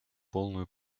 полную